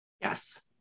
Yes